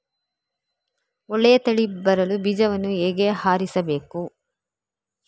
ಒಳ್ಳೆಯ ತಳಿ ಬರಲು ಬೀಜವನ್ನು ಹೇಗೆ ಆರಿಸಬೇಕು?